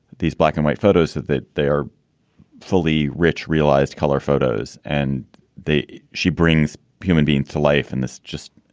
these black and white photos that they are fully rich realized color photos and they she brings human beings to life. and this just